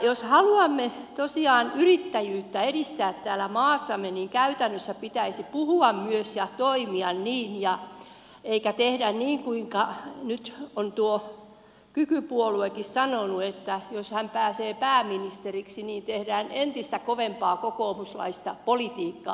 jos haluamme tosiaan yrittäjyyttä edistää täällä maassamme niin käytännössä pitäisi myös puhua ja toimia niin eikä tehdä niin kuinka nyt on tuossa kykypuolueessakin sanottu että jos hän pääsee pääministeriksi niin tehdään entistä kovempaa kokoomuslaista politiikkaa